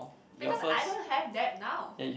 because I don't have that now